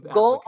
go